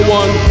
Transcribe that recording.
one